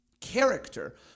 character